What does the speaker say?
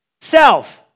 self